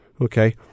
Okay